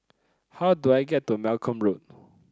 how do I get to Malcolm Road